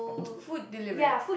food delivery